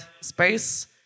space